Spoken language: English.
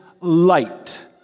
light